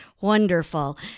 Wonderful